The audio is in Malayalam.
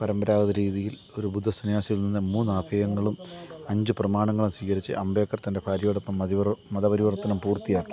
പരമ്പരാഗത രീതിയിൽ ഒരു ബുദ്ധ സന്യാസിയിൽ നിന്ന് മൂന്ന് ആഭിയങ്ങളും അഞ്ച് പ്രമാണങ്ങളും സ്വീകരിച്ച് അംബേദ്കർ തൻ്റെ ഭാര്യയോടൊപ്പം മതപരിവർത്തനം പൂർത്തിയാക്കി